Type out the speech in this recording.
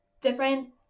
different